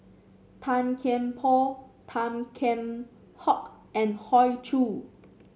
Tan Kian Por Tan Kheam Hock and Hoey Choo